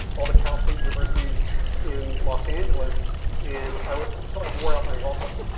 all the cal state universities in los angeles and i would, until i wore out my welcome,